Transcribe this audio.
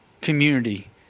community